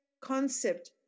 concept